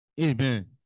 Amen